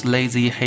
Lazy